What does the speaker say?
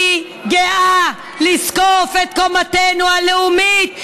אני גאה לזקוף את קומתנו הלאומית,